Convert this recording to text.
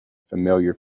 familiar